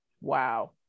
Wow